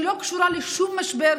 שלא קשורה לשום משבר,